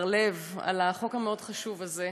בר-לב, על החוק החשוב מאוד הזה,